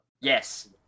Yes